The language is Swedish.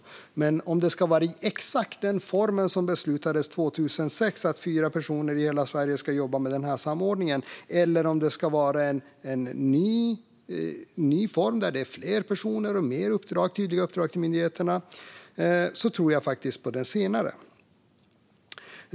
Men om det står mellan att det ska vara i exakt den form som det beslutades om 2006, att fyra personer i hela Sverige ska jobba med samordningen, eller en ny form med fler personer och mer tydliga uppdrag till myndigheterna tror jag på det senare.